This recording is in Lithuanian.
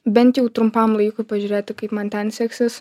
bent jau trumpam laikui pažiūrėti kaip man ten seksis